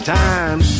time